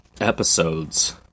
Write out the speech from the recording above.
episodes